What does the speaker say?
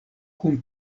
kun